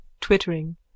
Twittering